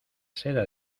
seda